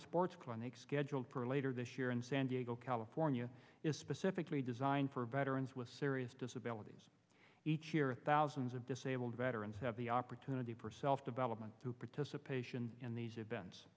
sports clinic scheduled for later this year in san diego california is specifically designed for veterans with serious disabilities each year thousands of disabled veterans have the opportunity for self development to participation in these events